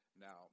Now